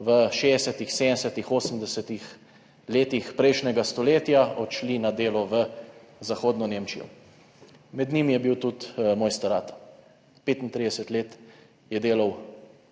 v 60., 70., 80. letih prejšnjega stoletja odšli na delo v zahodno Nemčijo. Med njimi je bil tudi moj star ata. 35 je delal, fizično delal